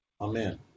Amen